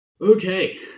Okay